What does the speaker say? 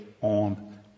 on